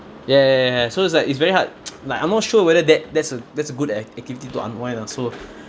ya ya ya ya so it's like it's very hard like I'm not sure whether that that's a that's a good ac~ activity to unwind lah so